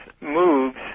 moves